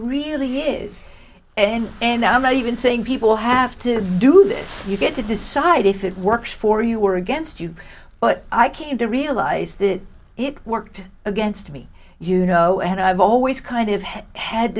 really is and and i'm not even saying people have to do this you get to decide if it works for you were against you but i came to realize that it worked against me you know and i've always kind of had